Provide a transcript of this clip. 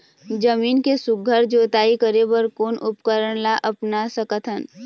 जमीन के सुघ्घर जोताई करे बर कोन उपकरण ला अपना सकथन?